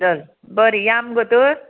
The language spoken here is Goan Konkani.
चल बरें या मुगो तर